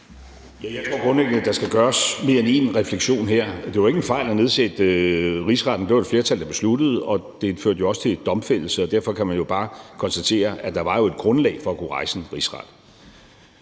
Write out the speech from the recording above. Jeg tror grundlæggende, at der skal gøres mere end én refleksion her. Det var ikke en fejl at nedsætte Rigsretten. Det var der et flertal der besluttede, og det førte jo også til domfældelse, og derfor kan man jo bare konstatere, at der var et grundlag for at kunne rejse en rigsret.